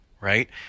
right